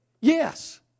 Yes